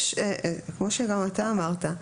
כמו שגם אתה אמרת,